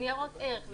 ניירות ערך,